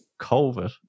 COVID